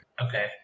Okay